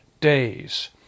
days